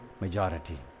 majority